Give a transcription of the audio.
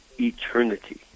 eternity